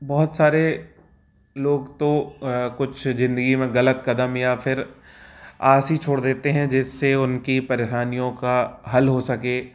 बहुत सारे लोग तो कुछ जिंदगी में गलत कदम या फिर आस ही छोड़ देते हैं जिससे उनकी परेशानियों का हल हो सके